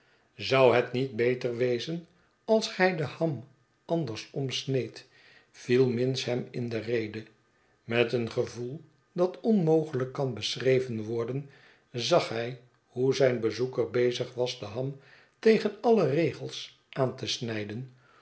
zou het niet beter wezen als gij de ham andersom sneedt viel minns hem in de rede met een gevoel dat onmogelijk kan beschreven worden zag hij hoe zijn bezoeker bezig was de ham tegen alle regels aan te snijden